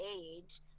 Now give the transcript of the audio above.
age